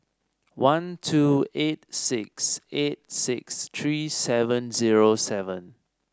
one two eight six eight six three seven zero seven